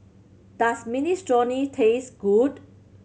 does Minestrone taste good